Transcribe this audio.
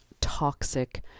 toxic